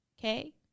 okay